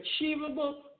achievable